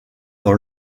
dans